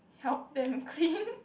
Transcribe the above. help them clean